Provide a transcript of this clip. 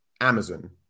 Amazon